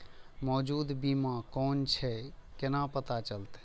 मौजूद बीमा कोन छे केना पता चलते?